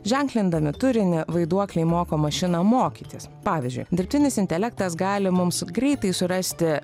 ženklindami turinį vaiduokliai moko mašiną mokytis pavyzdžiui dirbtinis intelektas gali mums greitai surasti